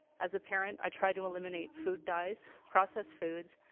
as a parent i try to eliminate food dyes, processed foods,